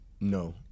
No